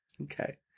Okay